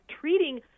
treating